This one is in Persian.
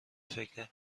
فکر